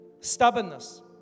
Stubbornness